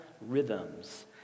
rhythms